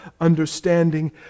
understanding